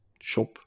shop